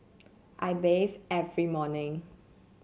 I bathe every morning